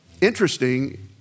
interesting